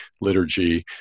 liturgy